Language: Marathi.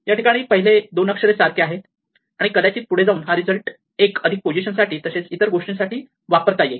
याठिकाणी पहिले दोन अक्षरे सारखे आहेत आणि कदाचित पुढे जाऊन हा रिझल्ट 1 अधिक पोझिशन साठी तसेच इतर गोष्टींसाठी वापरता येईल